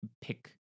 pick